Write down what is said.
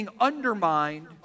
undermined